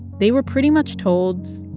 they were pretty much told,